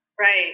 right